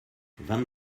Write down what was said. vingt